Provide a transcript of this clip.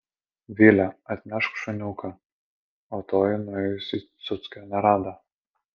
vile atnešk šuniuką o toji nuėjusi ciuckio nerado